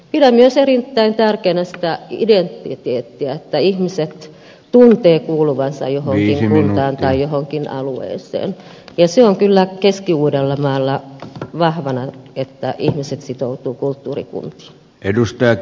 pidän myös erittäin tärkeänä sitä identiteettiä että ihmiset tuntevat kuuluvansa johonkin kuntaan tai johonkin alueeseen ja se on kyllä keski uudellamaalla vahvana että ihmiset sitoutuvat kulttuurikuntiin